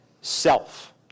self